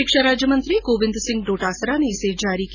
शिक्षा राज्यमंत्री गोविन्द सिंह डोटासरा इसे जारी किया